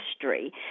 history